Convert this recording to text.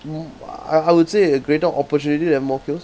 mm I I would say a greater opportunity than more kills